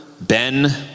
Ben